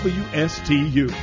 wstu